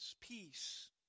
Peace